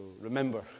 remember